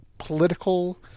political